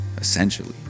essentially